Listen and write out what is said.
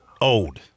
old